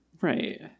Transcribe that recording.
Right